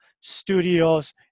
studios